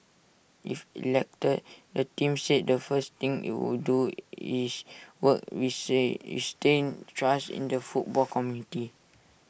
if elected the team said the first thing IT would do is work re say reinstate trust in the football community